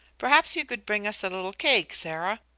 perhaps you could bring us a little cake, sarah?